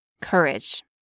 courage